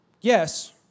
yes